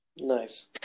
Nice